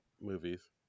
movies